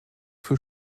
für